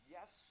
Yes